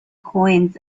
coins